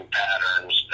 patterns